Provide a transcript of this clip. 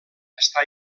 està